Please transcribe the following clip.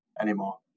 anymore